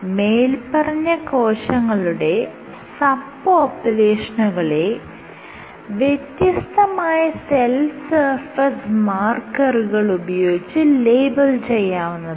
മേല്പറഞ്ഞ കോശങ്ങളുടെ സബ് പോപ്പുലേഷനുകളെ വ്യത്യസ്തമായ സെൽ സർഫസ് മാർക്കറുകൾ ഉപയോഗിച്ച് ലേബൽ ചെയ്യാവുന്നതാണ്